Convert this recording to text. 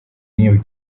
new